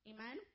Amen